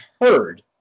heard